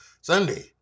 Sunday